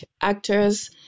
actors